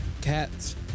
Cat's